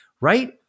right